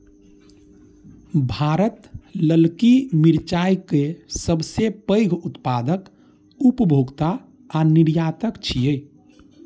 भारत ललकी मिरचाय के सबसं पैघ उत्पादक, उपभोक्ता आ निर्यातक छियै